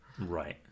Right